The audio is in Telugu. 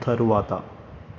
తరువాత